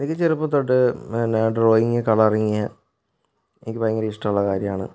എനിക്ക് ചെറുപ്പം തൊട്ട് പിന്നെ ഡ്രോയിങ് കളറിംഗ് എനിക്ക് ഭയങ്കര ഇഷ്ടമുള്ള കാര്യമാണ്